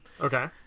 Okay